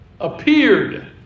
Appeared